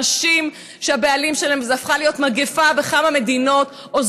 וזו הפכה להיות מגיפה בכמה מדינות: נשים